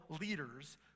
leaders